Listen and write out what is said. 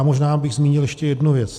Možná bych zmínil ještě jednu věc.